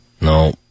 No